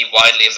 widely